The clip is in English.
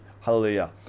hallelujah